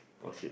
oh shit